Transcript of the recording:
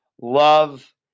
love